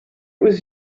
was